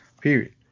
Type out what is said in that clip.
period